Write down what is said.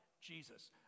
Jesus